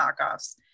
knockoffs